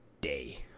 day